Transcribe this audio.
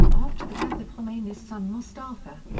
after the death of khomeini's son mostafa.